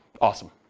Awesome